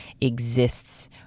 exists